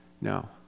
no